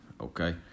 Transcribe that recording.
okay